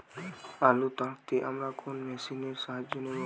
আলু তাড়তে আমরা কোন মেশিনের সাহায্য নেব?